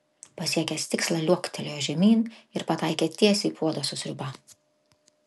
pasiekęs tikslą liuoktelėjo žemyn ir pataikė tiesiai į puodą su sriuba